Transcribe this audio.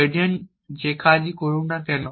agent যে কাজই করুক না কেন